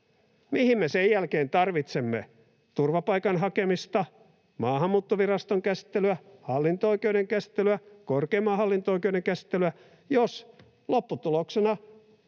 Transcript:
Mihin me sen jälkeen tarvitsemme turvapaikan hakemista, Maahanmuuttoviraston käsittelyä, hallinto-oikeuden käsittelyä, korkeimman hallinto-oikeuden käsittelyä, jos lopputuloksena